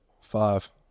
Five